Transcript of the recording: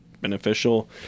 beneficial